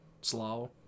slow